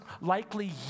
likely